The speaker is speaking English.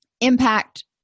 impact